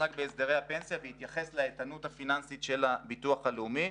שעסק בהסדרי הפנסיה והתייחס לאיתנות הפיננסית של הביטוח הלאומי,